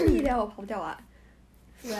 really meh